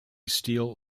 steel